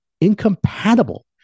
incompatible